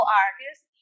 artists